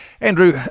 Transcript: Andrew